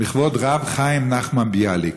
"בכבוד רב, חיים נחמן ביאליק".